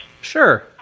Sure